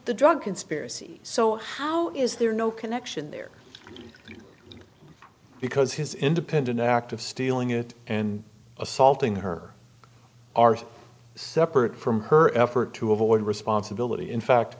the drug conspiracy so how is there no connection there because his independent act of stealing it and assaulting her are separate from her effort to avoid responsibility in fact